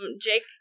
Jake